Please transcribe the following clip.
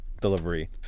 delivery